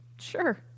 sure